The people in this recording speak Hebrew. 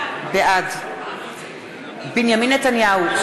בעד בנימין נתניהו,